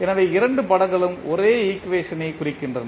எனவே இரண்டு படங்களும் ஒரே ஈக்குவேஷன் குறிக்கின்றன